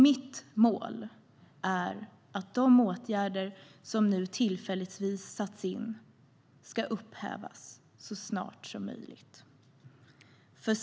Mitt mål är att de åtgärder som tillfälligt har vidtagits ska upphävas så snart som möjligt.